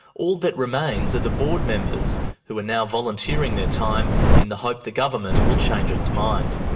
all that remains are the board members who are now volunteering their time in the hope the government will change its mind.